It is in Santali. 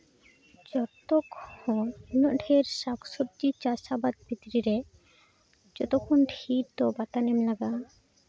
ᱡᱚᱛᱚ ᱠᱷᱚᱱ ᱩᱱᱟᱹᱜ ᱰᱷᱮᱨ ᱥᱟᱠᱼᱥᱚᱵᱽᱡᱤ ᱪᱟᱥ ᱟᱵᱟᱫ ᱵᱷᱤᱛᱨᱤ ᱨᱮ ᱡᱚᱛᱚ ᱠᱷᱚᱱ ᱰᱷᱤᱨ ᱫᱚ ᱵᱟᱛᱟᱱ ᱮᱢ ᱞᱟᱜᱟᱜᱼᱟ